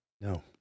No